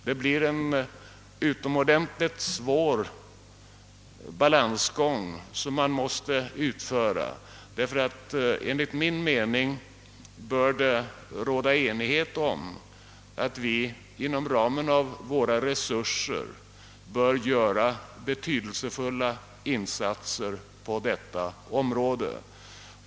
Det blir en utomordentligt svår balansgång man måste utföra, därför att det enligt min mening bör råda enighet om att vi inom ramen för våra resurser bör göra betydelsefulla insatser på detta område.